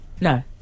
No